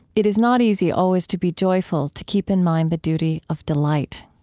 it is not easy always to be joyful, to keep in mind the duty of delight.